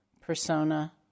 persona